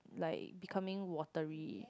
like becoming watery